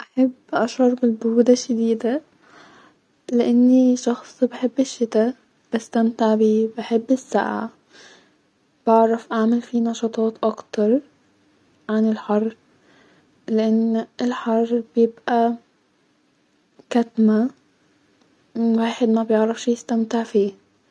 احب اشعر بالبره الشديده-لاني شخص بيحب الشتا بستمتع بيه-بحب السقعه-بعرف اعمل فيه نشاطات اكتر-عن الحر-لان بيقي-كتمه-الواحد مبيعرفش يستمتع فيه